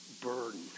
burden